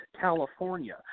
California